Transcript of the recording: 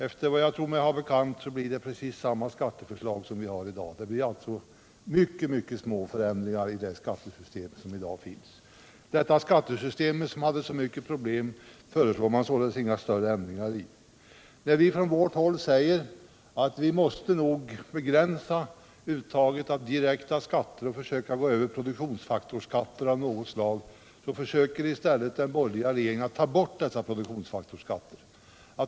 Efter vad jag tror mig ha bekant blir det mycket, mycket små förändringar i det skattesystem som nu finns. Detta skattesystem som sades ha så mycket problem föreslår man således inga större ändringar i. När vi från vårt håll säger att vi nog måste begränsa uttaget av direkta skatter och försöka gå över till produktionsfaktorskatter av något slag, så försöker i stället den borgerliga regeringen ta bort dessa produktionsfaktorskatter.